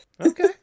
Okay